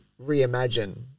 reimagine